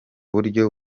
buryo